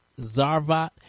zarvat